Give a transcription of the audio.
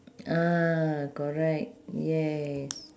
ah correct yes